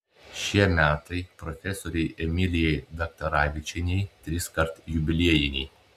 šie metai profesorei emilijai daktaravičienei triskart jubiliejiniai